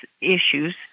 issues